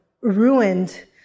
Ruined